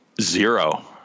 Zero